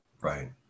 Right